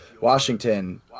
Washington